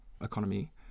economy